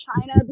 China